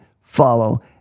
follow